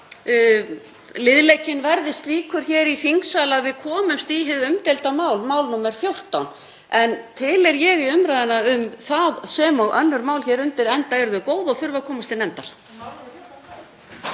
liðleikinn verði slíkur hér í þingsal að við komumst í hið umdeilda mál nr. 14. En til er ég í umræðuna um það sem og önnur mál hér undir, enda eru þau góð og þurfa að komast til nefndar.